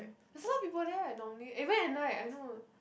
is a lot of people there right normally even at night I know